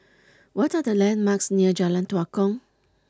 what are the landmarks near Jalan Tua Kong